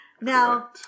Now